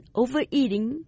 overeating